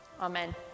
Amen